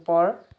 ওপৰ